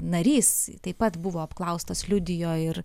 narys taip pat buvo apklaustas liudijo ir